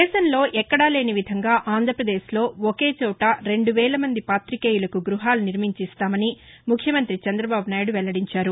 దేశంలో ఎక్కడాలేని విధంగా ఆంధ్రప్రదేశ్లో ఒకేచోట రెండు వేల మంది పాతికేయులకు గృహాలు నిర్మించి ఇస్తామని ముఖ్యమంతి చందబాబునాయుడు వెల్లడించారు